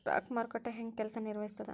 stock ಮಾರುಕಟ್ಟೆ ಕೆಲ್ಸ ಹೆಂಗ ನಿರ್ವಹಿಸ್ತದ